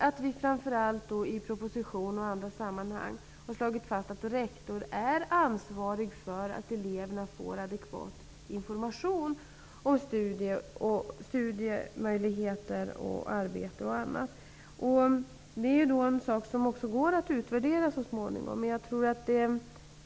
Vi har framför allt i propositionen och även i andra sammanhang slagit fast att rektorn är ansvarig för att eleverna får adekvat information om studiemöjligheter, arbete och annat. Det är en sak som också går att utvärdera så småningom.